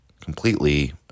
completely